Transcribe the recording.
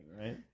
right